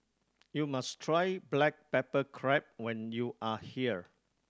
you must try black pepper crab when you are here